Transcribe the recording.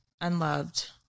unloved